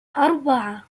أربعة